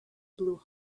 blew